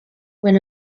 when